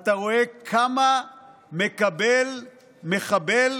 אתה רואה כמה מקבל מחבל